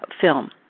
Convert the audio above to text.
film